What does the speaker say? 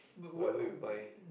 whatever you buy